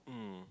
mm